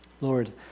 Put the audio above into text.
Lord